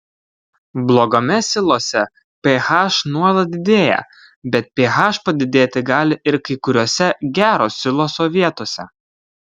blogame silose ph nuolat didėja bet ph padidėti gali ir kai kuriose gero siloso vietose